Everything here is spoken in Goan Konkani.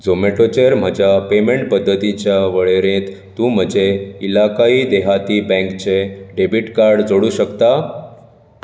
झोमेटोचेर म्हज्या पेमेंट पद्दतींच्या वळेरेंत तूं म्हजें इलाकाई देहाती बँकचें डॅबिट कार्ड जोडू शकता